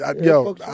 Yo